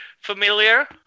familiar